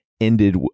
Ended